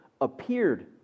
appeared